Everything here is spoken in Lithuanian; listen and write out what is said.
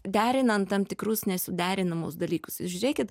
derinant tam tikrus nesuderinamus dalykus žiūrėkit